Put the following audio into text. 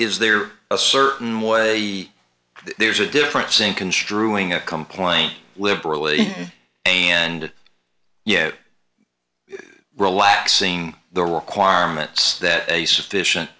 is there a certain more there's a difference in construing a complaint liberally and you relaxing the requirements that a sufficient